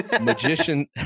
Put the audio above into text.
Magician